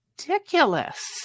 ridiculous